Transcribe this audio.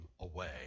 away